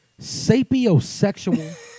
Sapiosexual